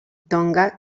tonga